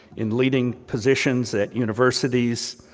in leading positions at universities,